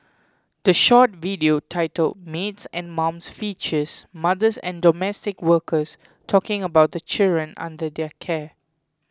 the short video titled Maids and Mums features mothers and domestic workers talking about the children under their care